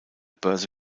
börse